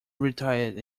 retired